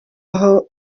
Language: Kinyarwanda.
aho